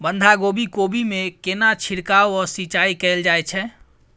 बंधागोभी कोबी मे केना छिरकाव व सिंचाई कैल जाय छै?